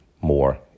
more